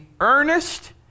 earnest